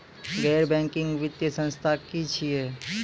गैर बैंकिंग वित्तीय संस्था की छियै?